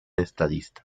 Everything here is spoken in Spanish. estadista